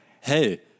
Hey